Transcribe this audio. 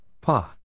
Pa